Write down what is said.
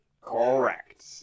Correct